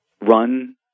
run